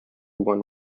won